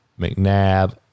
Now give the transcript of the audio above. McNabb